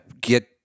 get